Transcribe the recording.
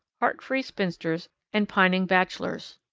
heartfree spinsters and pining bachelors.